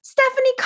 Stephanie